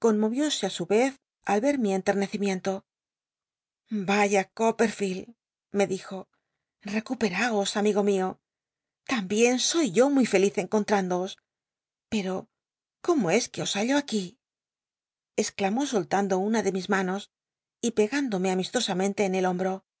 conmovióse su vez al ver mi enternecimiento vaya copperfield me dijo recuperaos am igo mio l'ambien soy yo muy feliz enconlnlndoos pero cómo es que os hallo aquí exclamó soltando una de mis manos y pegándome amistosamente en el hombro